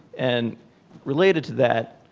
and related to that,